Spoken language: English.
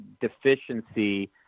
deficiency